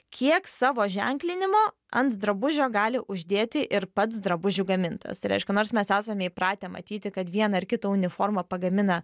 kiek savo ženklinimo ant drabužio gali uždėti ir pats drabužių gamintojas tai reiškia nors mes esame įpratę matyti kad vieną ar kitą uniformą pagamina